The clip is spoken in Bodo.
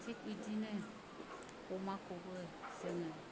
थिग बिदिनो अमाखौबो जोङो